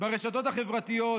ברשתות החברתיות,